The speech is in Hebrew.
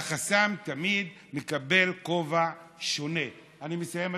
והחסם תמיד מקבל כובע שונה אני מסיים,